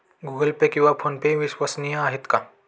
Google Pay किंवा फोनपे विश्वसनीय आहेत का?